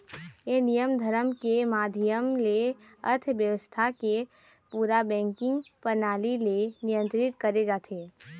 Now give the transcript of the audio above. ये नियम धरम के माधियम ले अर्थबेवस्था के पूरा बेंकिग परनाली ले नियंत्रित करे जाथे